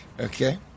Okay